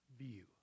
view